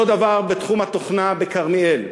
אותו דבר בתחום התוכנה בכרמיאל.